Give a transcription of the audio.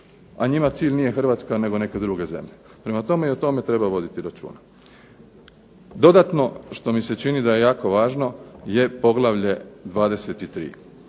a njima cilj nije Hrvatska nego neke druge zemlje. Prema tome, i o tome treba voditi računa. Dodatno što mi se čini da je jako važno je poglavlje 23.